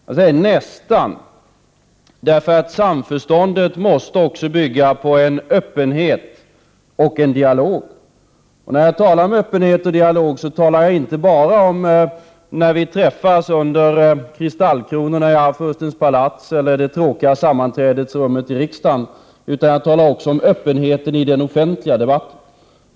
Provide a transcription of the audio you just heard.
Jag säger nästan, för samförståndet måste också bygga på en öppenhet och en dialog. Och när jag talar om öppenhet och dialog talar jag inte bara om när vi träffas under kristallkronorna i Arvfurstens palats eller i det tråkiga sammanträdesrummet i riksdagen, utan jag talar också om öppenheten i den offentliga debatten.